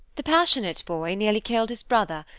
the passionate boy nearly killed his brother,